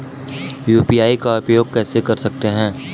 UPI का उपयोग कैसे कर सकते हैं?